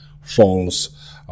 false